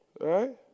right